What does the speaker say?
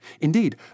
Indeed